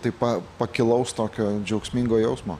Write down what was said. tai pa pakilaus tokio džiaugsmingo jausmo